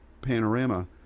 panorama